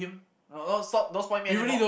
no oh stop don't spoil me anymore